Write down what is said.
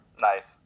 Nice